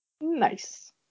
Nice